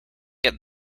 get